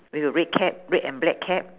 with a red cap red and black cap